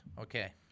Okay